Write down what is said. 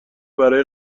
برای